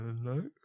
No